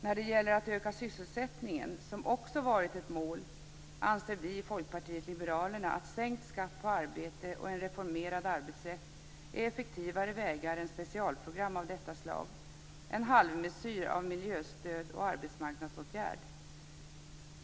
När det gäller att öka sysselsättningen, som också varit ett mål, anser vi i Folkpartiet liberalerna att sänkt skatt på arbete och en reformerad arbetsrätt är effektivare vägar än specialprogram av detta slag - en halvmesyr av miljöstöd och arbetsmarknadsåtgärd.